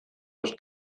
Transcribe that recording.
los